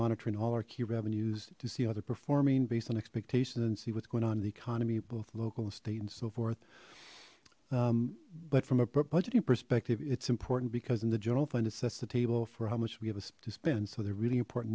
monitoring all our key revenues to see how they're performing based on expectations and see what's going on in the economy both local estate and so forth but from a budgeting perspective it's important because in the general fund it sets the table for how much we have to spend so they're really important